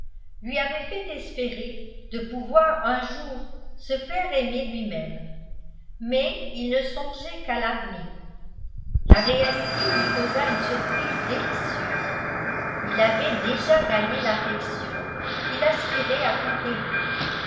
lui avait fait espérer de pouvoir un jour se faire aimer lui-même mais il ne songeait qu'à l'avenir la réalité lui causa une surprise délicieuse il avait déjà gagné l'affection qu'il aspirait à conquérir